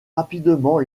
rapidement